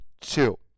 two